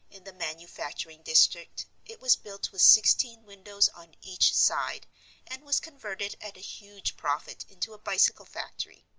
in the manufacturing district it was built with sixteen windows on each side and was converted at a huge profit into a bicycle factory.